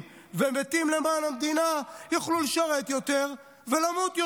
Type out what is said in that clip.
ומתים למען המדינה יוכלו לשרת יותר ולמות יותר.